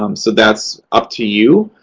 um so that's up to you.